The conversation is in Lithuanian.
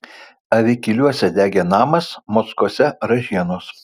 avikiluose degė namas mockuose ražienos